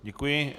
Děkuji.